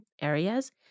areas